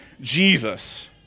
Jesus